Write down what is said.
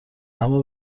اما